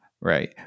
Right